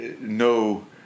no